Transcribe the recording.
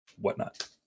whatnot